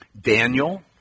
Daniel